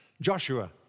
Joshua